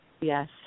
Yes